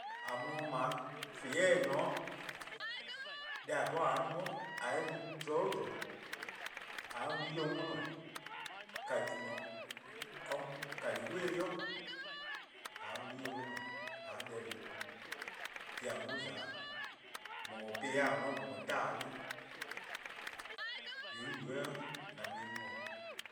:A mu-a dih :kpon-' 'fedeh' :eh :ne :ao' deh :a 'bhorn :a 'ye-a no-' :a 'ye-eh no zorn 'o zorn, :a 'ye wlu+-dih worn-or, kani way 'i, :a wlu+-dih worn-or, :a 'ye deh :due' no, dhih :a mu-a za-', :mor 'ye-ih 'de :a 'worn po, :mor 'ye-a :meo', :hyee' 'on yubo-eh :an mu-eh no.